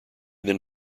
then